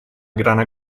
grana